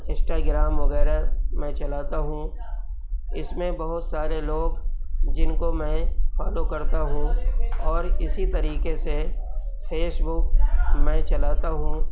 Instagram وغیرہ میں چلاتا ہوں اس میں بہت سارے لوگ جن کو میں فالو کرتا ہوں اور اسی طریقے سے فیس بک میں چلاتا ہوں